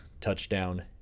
Touchdown